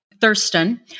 Thurston